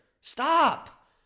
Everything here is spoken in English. Stop